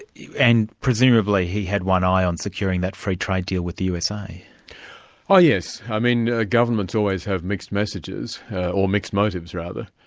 and presumably he had one eye on securing that free trade deal with the usa? oh yes. i mean governments always have mixed messages or mixed motives, rather.